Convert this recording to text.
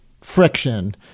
friction